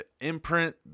imprint